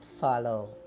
follow